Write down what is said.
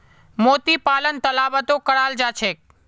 मोती पालन तालाबतो कराल जा छेक